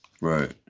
Right